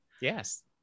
Yes